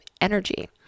energy